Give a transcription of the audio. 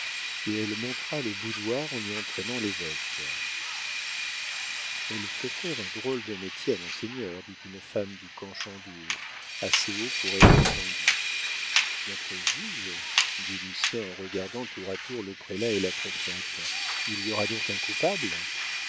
et elle montra le boudoir en y entraînant l'évêque elle fait faire un drôle de métier à monseigneur dit une femme du camp chandour assez haut pour être entendue notre juge dit lucien en regardant tour à tour le prélat et la préfète il y aura donc un coupable